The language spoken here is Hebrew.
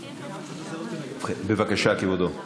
בבקשה, כבודו,